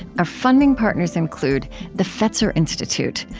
our funding partners include the fetzer institute,